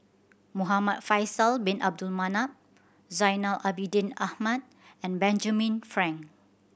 Muhamad Faisal Bin Abdul Manap Zainal Abidin Ahmad and Benjamin Frank